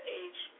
age